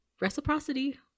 reciprocity